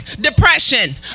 depression